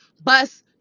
Bus